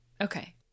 Okay